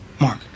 Mark